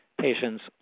patients